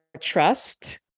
trust